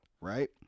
right